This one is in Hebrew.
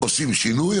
עושים שינוי,